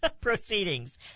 proceedings